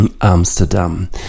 Amsterdam